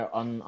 on